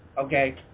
Okay